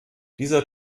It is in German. dieser